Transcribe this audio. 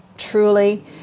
truly